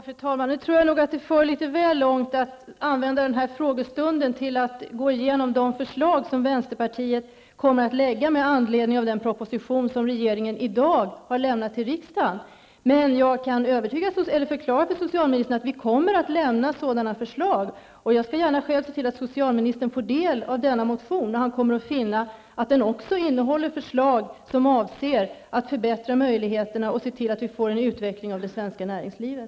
Fru talman! Jag tror att det för litet väl långt att använda den här frågestunden till att gå igenom de förslag som vänsterpartiet kommer att lägga fram med anledning av den proposition som regeringen i dag har lämnat till riksdagen. Men jag kan förklara för socialministern att vi kommer att lämna sådana förslag. Jag skall gärna själv se till att socialministern får del av denna motion. Han kommer då att finna att den också innehåller förslag som avser att förbättra möjligheterna för och se till att vi får en utveckling av det svenska näringslivet.